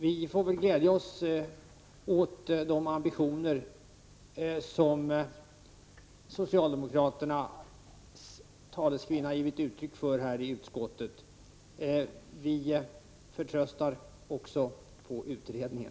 Vi får väl glädja oss åt de ambitioner som socialdemokraternas taleskvinna i utskottet har gett uttryck för här. Vi förtröstar också på utredningen.